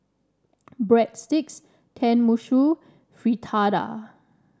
Breadsticks Tenmusu Fritada